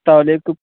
তাহলে একটু